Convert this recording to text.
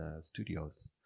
studios